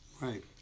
Right